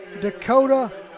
Dakota